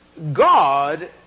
God